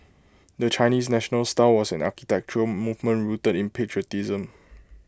the Chinese national style was an architectural movement rooted in patriotism